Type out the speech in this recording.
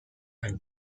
and